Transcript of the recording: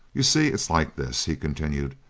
you see, it's like this, he continued,